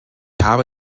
habe